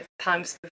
times